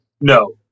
no